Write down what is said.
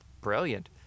Brilliant